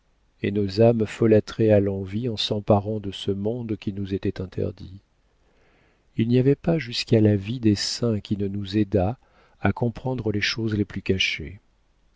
et nos âmes folâtraient à l'envi en s'emparant de ce monde qui nous était interdit il n'y avait pas jusqu'à la vie des saints qui ne nous aidât à comprendre les choses les plus cachées